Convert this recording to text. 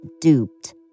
Duped